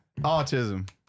Autism